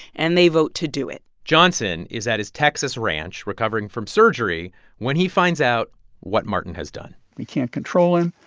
and they vote to do it johnson is at his texas ranch recovering from surgery when he finds out what martin has done he can't control him.